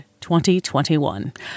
2021